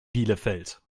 bielefeld